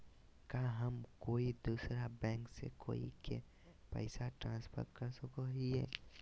का हम कोई दूसर बैंक से कोई के पैसे ट्रांसफर कर सको हियै?